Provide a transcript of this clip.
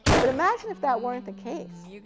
but imagine if that weren't the case.